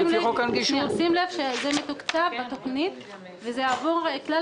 זה עבור כלל